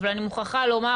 אבל אני מוכרחה לומר,